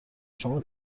شما